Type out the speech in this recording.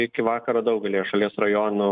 iki vakaro daugelyje šalies rajonų